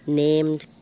named